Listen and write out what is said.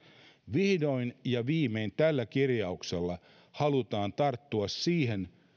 vihdoin ja viimein tällä kirjauksella halutaan tarttua siihen